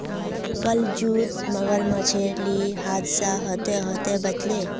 कल जूत मगरमच्छेर ली हादसा ह त ह त बच ले